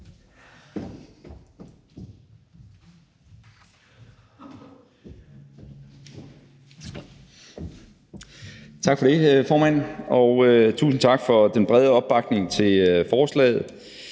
Tak for det, formand, og tusind tak for den brede opbakning til forslaget.